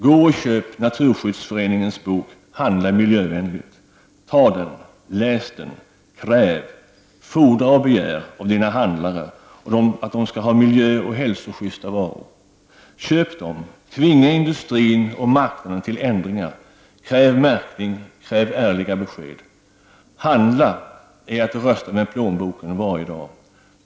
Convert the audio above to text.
Gå och köp Naturskyddsföreningens bok Handla miljövänligt, ta den, läs den, kräv, fordra och begär av Dina handlare att de skall ha miljöoch hälsoschyssta varor! Köp dem, tvinga industrin och marknaden till ändringar, kräv märkning, kräv ärliga besked! Handla är att rösta med plånboken varje dag.